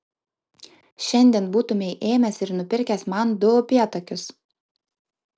šiandien būtumei ėmęs ir nupirkęs man du upėtakius